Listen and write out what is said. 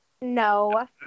No